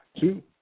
two